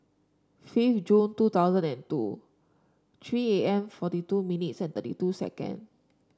fifth June two thousand and two three A M forty two minutes and thirty two second